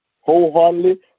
wholeheartedly